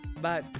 Bye